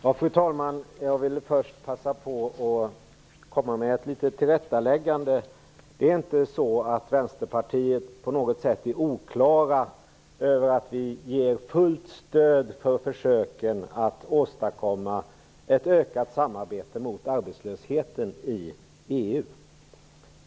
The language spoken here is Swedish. Fru talman! Jag vill först passa på att göra ett tillrättaläggande. Det är inte så att vi i Vänsterpartiet på något sätt är oklara när det gäller att ge fullt stöd åt försöken att åstadkomma ett ökat samarbete mot arbetslösheten i EU.